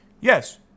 yes